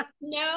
No